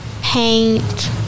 Paint